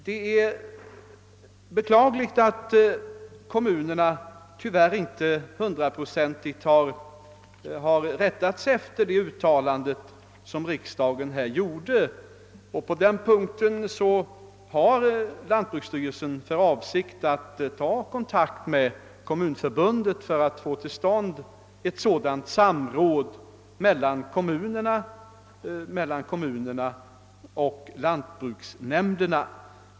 Det är beklagligt att kommunerna tyvärr inte hundraprocentigt har rättat sig efter detta riksdagens uttalande, och lantbruksstyrelsen har för avsikt att kontakta Kommunförbundet för att få till stånd ett sådant samråd mellan kommunerna och lantbruksnämnderna.